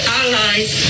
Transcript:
allies